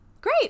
great